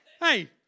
Hey